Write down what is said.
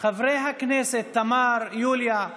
חברי הכנסת, תמר, יוליה,